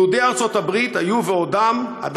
והנה, ממשל חדש מגיע לארצות-הברית, כבר דיברתי על